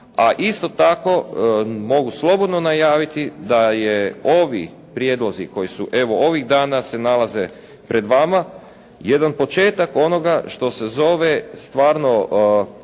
a isto tako mogu slobodno najaviti da je, ovi prijedlozi koji su evo ovih dana se nalaze pred vama jedan početak onoga što se zove stvarno